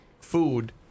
food